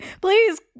Please